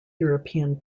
european